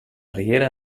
riera